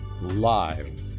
live